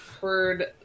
heard